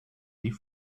die